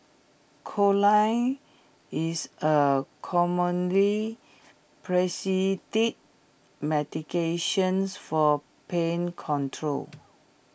is A commonly medications for pain control